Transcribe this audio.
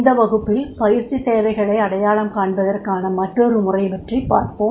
இந்த வகுப்பில் பயிற்சித் தேவைகளை அடையாளம் காண்பதற்கான மற்றொரு முறை பற்றிப் பார்ப்போம்